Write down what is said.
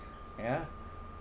ya